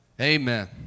Amen